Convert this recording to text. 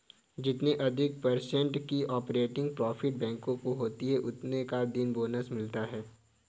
जितने अधिक पर्सेन्ट की ऑपरेटिंग प्रॉफिट बैंकों को होती हैं उतने दिन का बोनस मिलता हैं